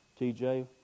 TJ